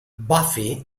buffy